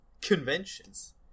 Conventions